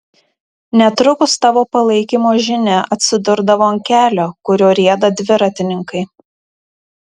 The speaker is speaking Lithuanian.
netrukus tavo palaikymo žinia atsidurdavo ant kelio kuriuo rieda dviratininkai